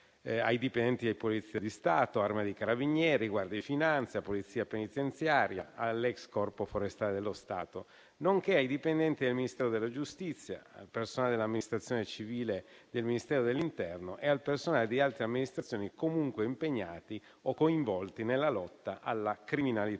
ai dipendenti della Polizia di Stato, Arma dei Carabinieri, della Guardia di finanza, della Polizia penitenziaria, dell'ex Corpo forestale dello Stato, nonché ai dipendenti del Ministero della giustizia e personale dell'amministrazione civile del Ministero dell'interno o personale di altre amministrazioni comunque impegnati o coinvolti nella lotta alla criminalità